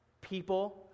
people